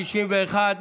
61,